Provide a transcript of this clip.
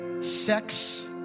Sex